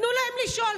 תנו להם לשאול,